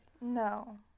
No